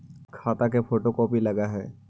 खाता के photo copy लगहै?